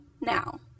now